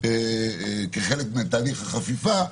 כחלק מתהליך החפיפה,